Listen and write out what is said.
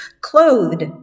clothed